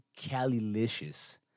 Calilicious